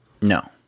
No